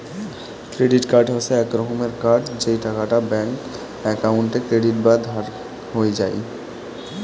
credit card হসে এক রকমের কার্ড যেই টাকাটা ব্যাঙ্ক একাউন্টে ক্রেডিট বা ধার হই যাই